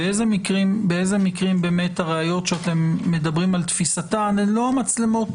באילו מקרים באמת הראיות שאתם מדברים על תפיסתן הן לא המצלמות